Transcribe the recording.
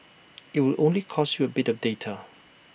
IT would only cost you bit of data